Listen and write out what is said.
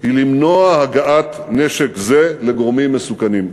היא למנוע הגעת נשק זה לגורמים מסוכנים.